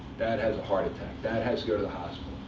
dad has a heart attack. dad has to go to the hospital.